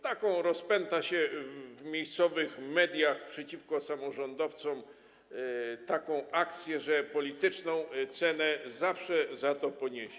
Taką rozpęta się w miejscowych mediach przeciwko samorządowcom akcję, że polityczną cenę zawsze się poniesie.